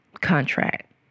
contract